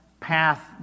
path